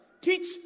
Teach